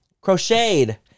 crocheted